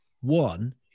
one